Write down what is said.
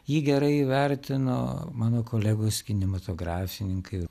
jį gerai įvertino mano kolegos kinematografininkai